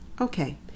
Okay